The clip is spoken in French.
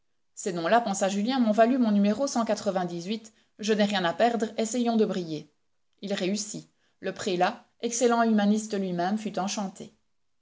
ces noms là pensa julien m'ont valu mon numéro je n'ai rien à perdre essayons de briller il réussit le prélat excellent humaniste lui-même fut enchanté